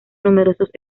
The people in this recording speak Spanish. numerosos